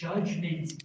Judgment